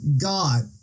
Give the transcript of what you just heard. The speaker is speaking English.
God